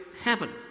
heaven